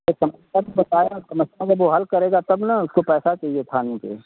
समस्या तो बताए और समस्या का वो हल करेगा तब ना उसको पैसा चाहिए खाने के